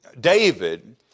David